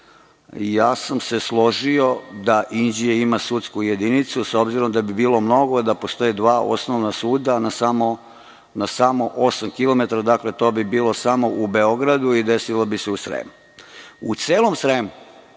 ja sam se složio da Inđija ima sudsku jedinicu, s obzirom da bi bilo mnogo da postoje dva osnovna suda na samo osam kilometara. Dakle, to bi bilo samo u Beogradu i desilo bi se u Sremu. U celom Sremu